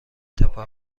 تابه